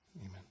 amen